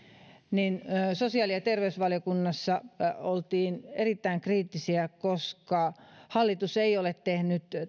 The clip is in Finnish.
niin sosiaali ja terveysvaliokunnassa oltiin erittäin kriittisiä koska hallitus ei ollut tehnyt